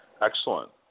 Excellent